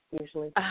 usually